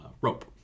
rope